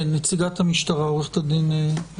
נציגת המשטרה עורכת הדין עדי טל.